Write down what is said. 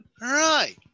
Right